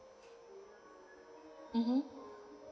mmhmm